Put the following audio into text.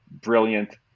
brilliant